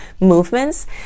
movements